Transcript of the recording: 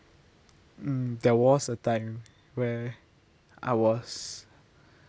mm there was a time where I was